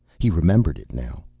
he remembered it now.